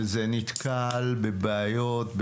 וזה נתקל בבעיות?